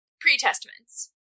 Pre-Testaments